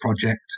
project